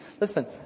Listen